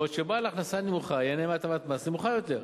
בעוד שבעל הכנסה נמוכה ייהנה מהטבת מס נמוכה יותר,